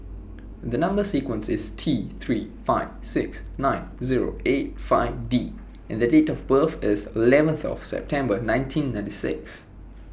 The Number sequence IS T three four six nine Zero eight five D and The Date of birth IS eleventh of September nineteen ninety six